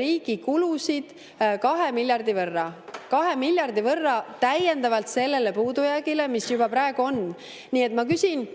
riigi kulusid 2 miljardi võrra. 2 miljardi võrra täiendavalt sellele puudujäägile, mis juba praegu on. Nii et ma küsin: